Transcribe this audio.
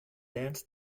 dance